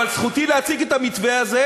אבל זכותי להציג את המתווה הזה,